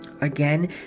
Again